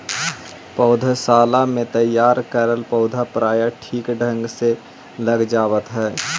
पौधशाला में तैयार करल पौधे प्रायः ठीक ढंग से लग जावत है